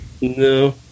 no